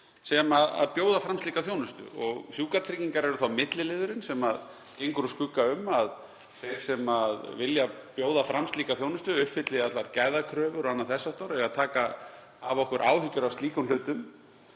sem bjóða fram slíka þjónustu. Sjúkratryggingar eru þá milliliðurinn sem gengur úr skugga um að þeir sem vilja bjóða fram slíka þjónustu uppfylli allar gæðakröfur og annað þess háttar eða létta af okkur áhyggjum af slíkum hlutum